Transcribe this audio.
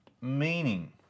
meaning